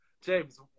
James